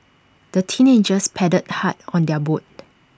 the teenagers paddled hard on their boat